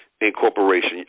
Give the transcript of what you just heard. Incorporation